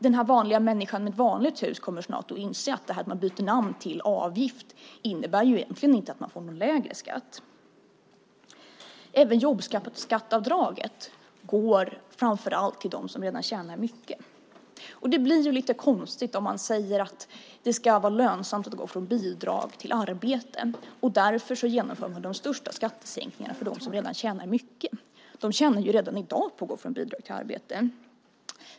Den vanliga människan med ett vanligt hus kommer snart att inse att det att man byter namn till avgift egentligen inte innebär att man får lägre skatt. Även jobbskatteavdraget går framför allt till dem som redan tjänar mycket. Det blir lite konstigt om man säger att det ska vara lönsamt att gå från bidrag till arbete och därför genomför de största skattesänkningarna för dem som redan tjänar mycket. De tjänar redan i dag på att gå från bidrag till arbete.